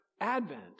Advent